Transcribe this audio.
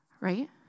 right